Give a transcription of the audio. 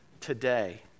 today